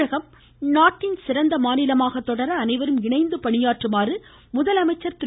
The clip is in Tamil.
தமிழகம் நாட்டின் சிறந்த மாநிலமாக தொடர அனைவரும் இணைந்து பணியாற்றுமாறு முதலமைச்சர் திரு